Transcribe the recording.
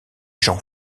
jeans